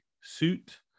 suit